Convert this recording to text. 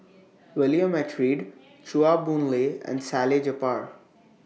William H Read Chua Boon Lay and Salleh Japar